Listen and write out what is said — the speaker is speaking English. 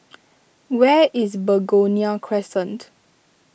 where is Begonia Crescent